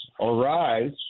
arise